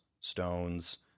stones